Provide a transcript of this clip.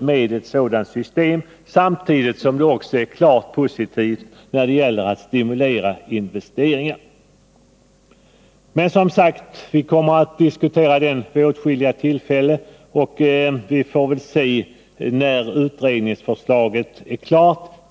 med ett sådant system, samtidigt som det är klart positivt när det gäller att stimulera investeringar. Men vi kommer som sagt att diskutera den frågan vid åtskilliga tillfällen, och vi får väl se när utredningsförslaget är klart.